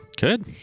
Good